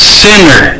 sinner